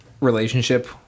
relationship